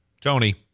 Tony